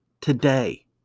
today